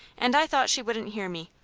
and i thought she wouldn't hear me,